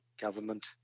government